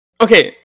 Okay